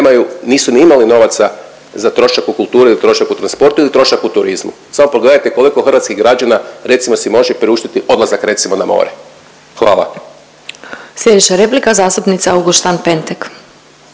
nisu ni imali novaca za trošak u kulturi ili trošak u transportu ili trošak u turizmu. Samo pogledajte koliko hrvatskih građana, recimo si može priuštiti, odlazak, recimo, na more. Hvala. **Glasovac, Sabina (SDP)** Sljedeća replika, zastupnica Auguštan-Pentek.